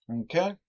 Okay